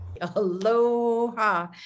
Aloha